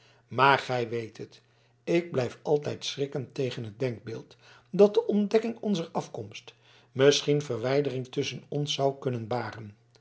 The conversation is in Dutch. maar gij weet het ik blijf altijd schrikken tegen het denkbeeld dat de ontdekking onzer afkomst misschien verwijdering tusschen ons zou kunnen baren